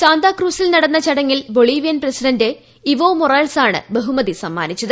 സാന്താക്രൂസിൽ നടന്ന ചടങ്ങിൽ Bolivian president Evo മൊറാൽസാണ് ബഹുമതി സമ്മാനിച്ചത്